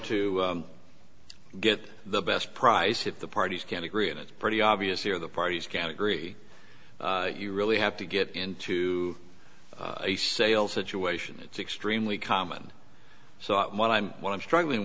to get the best price if the parties can agree and it's pretty obvious here the parties can agree you really have to get into a sale situation it's extremely common so what i'm what i'm struggling